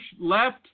left